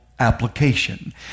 application